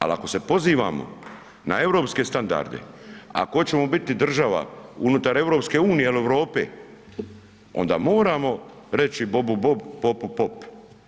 Ali, ako se pozivamo na europske standarde, ako hoćemo biti država unutar EU ili Europe, onda moramo reći bobu bob, popu pop.